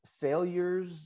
failures